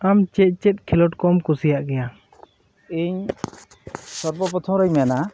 ᱟᱢ ᱪᱮᱫ ᱪᱮᱫ ᱠᱷᱮᱞᱚᱰᱠᱚᱢ ᱠᱩᱥᱤᱭᱟᱜ ᱜᱮᱭᱟ ᱤᱧ ᱥᱚᱨᱵᱚ ᱯᱚᱛᱷᱚᱢᱨᱮᱧ ᱢᱮᱱᱟ